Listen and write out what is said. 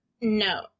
No